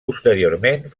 posteriorment